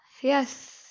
Yes